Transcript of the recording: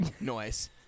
noise